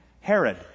Herod